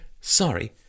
Sorry